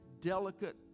delicate